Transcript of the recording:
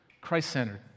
Christ-centered